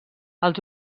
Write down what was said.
els